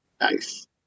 Nice